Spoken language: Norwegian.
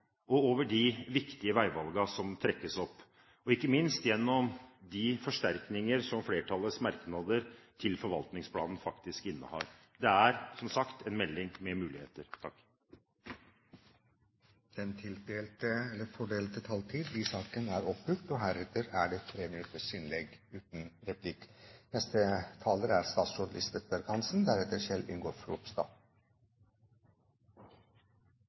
og over de viktige veivalgene som trekkes opp, ikke minst gjennom de forsterkninger som flertallets merknader til forvaltningsplanen faktisk utgjør. Det er, som sagt, en melding med muligheter. De talere som heretter får ordet, har en taletid på inntil 3 minutter. Regjeringens ambisjon er at Norge skal være verdens fremste sjømatnasjon. Det betyr at vi skal høste og